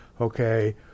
okay